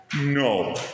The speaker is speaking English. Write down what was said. No